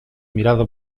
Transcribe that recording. mirada